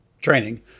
training